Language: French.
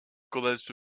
commence